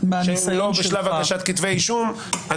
שמסתיימת בשלב הגשת כתבי אישום,